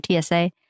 TSA